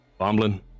Bomblin